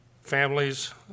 families